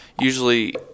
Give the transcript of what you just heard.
usually